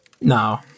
No